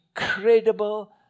incredible